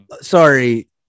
Sorry